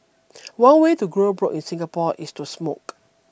one way to go broke in Singapore is to smoke